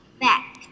back